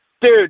Dude